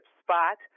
spot